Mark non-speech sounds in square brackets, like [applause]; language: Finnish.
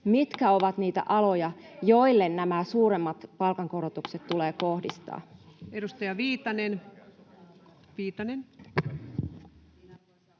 mitkä ovat niitä aloja, joille nämä suuremmat palkankorotukset [noise]